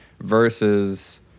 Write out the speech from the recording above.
versus